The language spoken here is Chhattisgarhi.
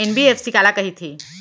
एन.बी.एफ.सी काला कहिथे?